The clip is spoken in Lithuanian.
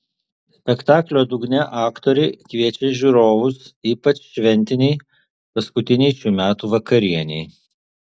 spektaklio dugne aktoriai kviečia žiūrovus ypač šventinei paskutinei šių metų vakarienei